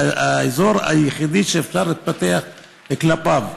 זה האזור היחידי שאפשר לפתח כלפיו.